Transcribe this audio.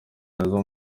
nazo